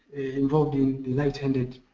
involved in the light handed